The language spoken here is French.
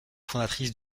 fondatrice